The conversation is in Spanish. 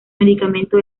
medicamento